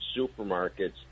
supermarkets